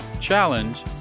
challenge